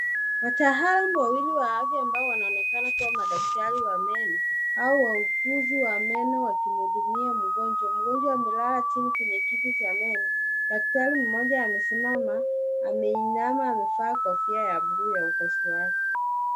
Wataalamu wawili wa afya ambao wanaonekana kuwa madaktari wa meno, au wauguzi wa meno wakimhudumia mgonjwa. Mgonjwa amelala chini kwenye kiti cha meno. Daktari mmoja amesimama, ameinama, amevaa kofia ya buluu ya upasuaji.